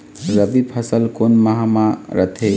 रबी फसल कोन माह म रथे?